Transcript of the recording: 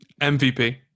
MVP